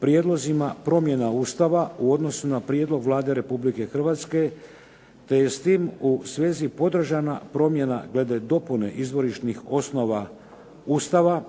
prijedlozima promjena Ustava u odnosu na prijedlog Vlade Republike Hrvatske, te je s tim u svezi podržana promjena glede dopune izvorišnih osnova Ustava